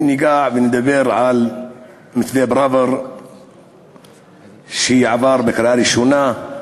אם ניגע ונדבר על מתווה פראוור שעבר בקריאה ראשונה.